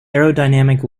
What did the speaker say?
aerodynamic